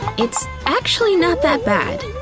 it's actually not that bad.